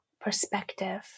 perspective